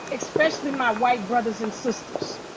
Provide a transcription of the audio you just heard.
especially my white brothers and sisters,